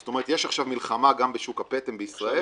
זאת אומרת, יש עכשיו מלחמה גם בשוק הפטם בישראל.